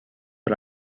per